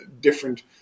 different